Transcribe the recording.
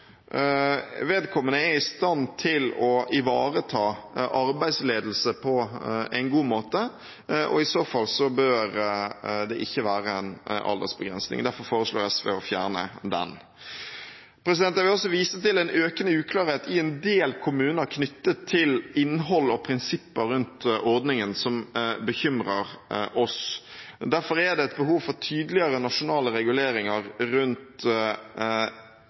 vedkommende er i stand til å ivareta arbeidsledelse på en god måte, og i så fall bør det ikke være en aldersbegrensning. Derfor foreslår SV å fjerne den. Jeg vil også vise til en økende uklarhet i en del kommuner knyttet til innhold og prinsipper rundt ordningen, som bekymrer oss. Det er behov for tydeligere nasjonale reguleringer rundt